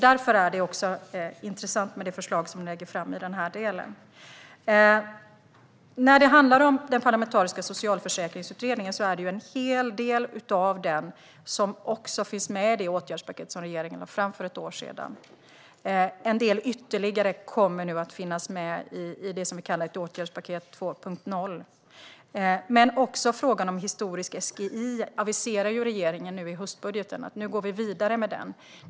Därför är det intressant med det förslag som ni lägger fram i den här delen. En hel del av den parlamentariska socialförsäkringsutredningen finns med i åtgärdspaketet som regeringen lade fram för ett år sedan. En del ytterligare kommer att finnas med i det vi kallar åtgärdspaket 2.0. Regeringen aviserar i höstbudgeten att vi går vidare med frågan om historisk SGI.